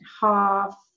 half